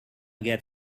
get